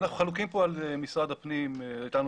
אנחנו חלוקים פה על משרד הפנים, הייתה לנו